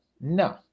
No